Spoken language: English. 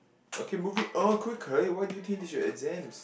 okay moving quickly why do you think they should exams